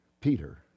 Peter